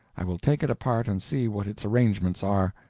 i will take it apart and see what its arrangements are.